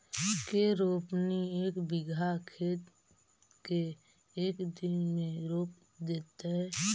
के रोपनी एक बिघा खेत के एक दिन में रोप देतै?